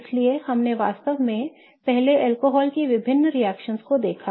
इसलिए हमने वास्तव में पहले अल्कोहल की विभिन्न रिएक्शनओं को देखा है